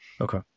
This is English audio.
Okay